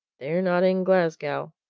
they're not in glasgow,